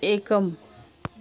एकम्